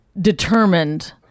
determined